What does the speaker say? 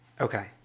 okay